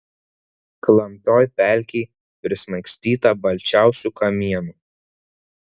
klampioj pelkėj prismaigstyta balčiausių kamienų